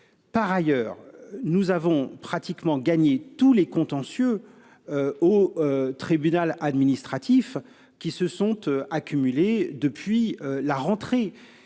Par ailleurs, nous avons gagné quasiment tous les contentieux au tribunal administratif qui se sont accumulés depuis la rentrée.